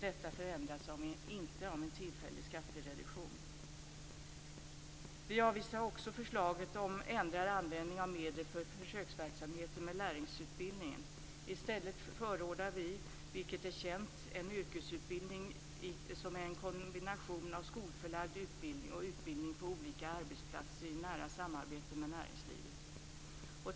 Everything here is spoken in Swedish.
Detta förändras inte av en tillfällig skattereduktion. Vi avvisar också förslaget om ändrad användning av medel för försöksverksamhet med lärlingsutbildning. I stället förordar vi, vilket är känt, en yrkesutbildning som är en kombination av skolförlagd utbildning och utbildning på olika arbetsplatser i nära samarbete med näringslivet.